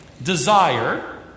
Desire